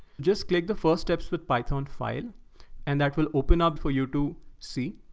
just click the first steps with python file and that will open up for you to see.